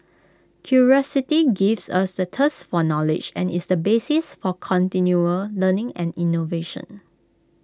curiosity gives us the thirst for knowledge and is the basis for continual learning and innovation